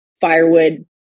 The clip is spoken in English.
firewood